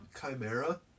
Chimera